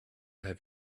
have